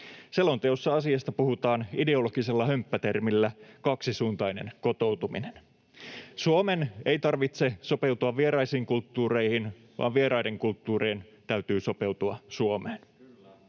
Selonteossa asiasta puhutaan ideologisella hömppätermillä ”kaksisuuntainen kotoutuminen”. Suomen ei tarvitse sopeutua vieraisiin kulttuureihin vaan vieraiden kulttuurien on sopeuduttava Suomeen.